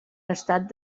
estat